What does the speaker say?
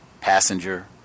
passenger